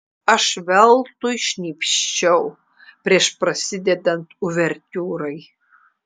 aš veltui šnypščiau prieš prasidedant uvertiūrai